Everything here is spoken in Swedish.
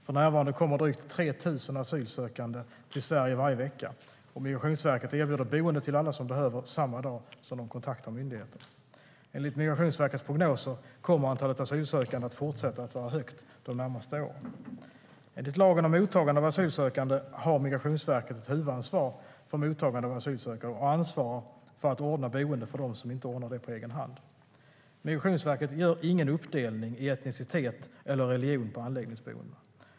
För närvarande kommer drygt 3 000 asylsökande till Sverige varje vecka, och Migrationsverket erbjuder boende till alla som behöver samma dag som de kontaktar myndigheten. Enligt Migrationsverkets prognoser kommer antalet asylsökande att fortsätta att vara högt de närmaste åren. Enligt lagen om mottagande av asylsökande har Migrationsverket ett huvudansvar för mottagande av asylsökande och ansvarar för att ordna boende för dem som inte ordnar det på egen hand. Migrationsverket gör ingen uppdelning i etnicitet eller religion på anläggningsboendena.